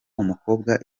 umukobwa